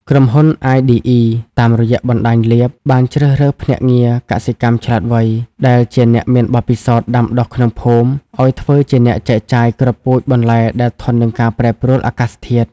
ក្រុមហ៊ុន អាយឌីអ៊ី (iDE) តាមរយៈបណ្ដាញ Leap បានជ្រើសរើស "ភ្នាក់ងារកសិកម្មឆ្លាតវៃ" ដែលជាអ្នកមានបទពិសោធន៍ដាំដុះក្នុងភូមិ ឱ្យធ្វើជាអ្នកចែកចាយគ្រាប់ពូជបន្លែដែលធន់នឹងការប្រែប្រួលអាកាសធាតុ។